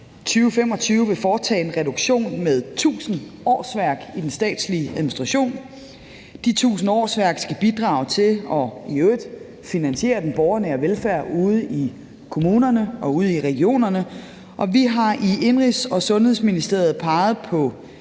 2025 vil foretage en reduktion på 1.000 årsværk i den statslige administration. De 1.000 årsværk skal bidrage til og i øvrigt finansiere den borgernære velfærd ude i kommunerne og ude i regionerne. Vi har i Indenrigs- og Sundhedsministeriet peget på